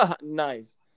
Nice